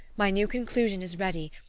my new conclusion is ready,